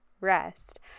rest